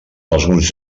alguns